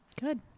good